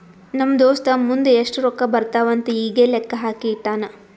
ನಮ್ ದೋಸ್ತ ಮುಂದ್ ಎಷ್ಟ ರೊಕ್ಕಾ ಬರ್ತಾವ್ ಅಂತ್ ಈಗೆ ಲೆಕ್ಕಾ ಹಾಕಿ ಇಟ್ಟಾನ್